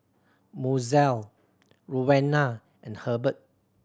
Mozelle Rowena and Hurbert